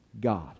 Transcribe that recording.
God